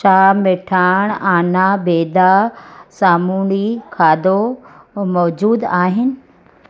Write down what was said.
छा मिठाण आना बेदा सामूंडी खाधो मौज़ूद आहिनि